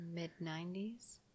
Mid-90s